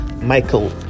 Michael